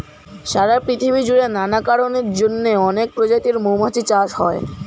সারা পৃথিবী জুড়ে নানা কারণের জন্যে অনেক প্রজাতির মৌমাছি চাষ হয়